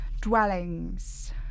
Dwellings